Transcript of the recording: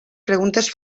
preguntes